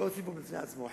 זה סיפור בפני עצמו.